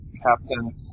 Captain